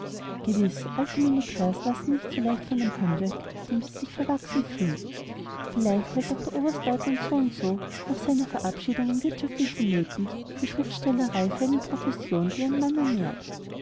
gewiß alte militärs lassen nicht so leicht von dem handwerk mit dem sie sich verwachsen fühlen vielleicht hält auch der oberstleutnant soundso nach seiner verabschiedung in wirtschaftlichen nöten die schriftstellerei für eine profession die ihren mann ernährt